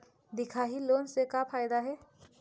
दिखाही लोन से का फायदा हे?